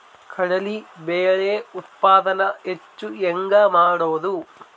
ಕಡಲಿ ಬೇಳೆ ಉತ್ಪಾದನ ಹೆಚ್ಚು ಹೆಂಗ ಮಾಡೊದು?